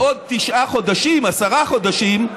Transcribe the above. בעוד תשעה חודשים, עשרה חודשים,